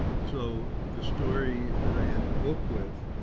so the story that i end the book with,